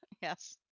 yes